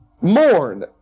mourn